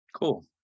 Cool